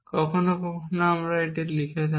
কখনও কখনও আমরা এটি দিয়ে লিখি